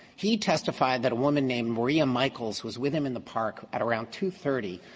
he testified that a woman named maria michaels was with him in the park at around two thirty,